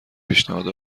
پیشنهاد